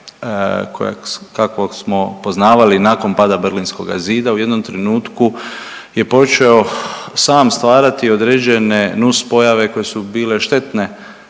kakvog smo poznavali nakon pada Berlinskoga zida u jednom trenutku je počeo sam stvarati određene nuspojave koje su bile štetne